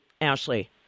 Ashley